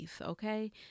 okay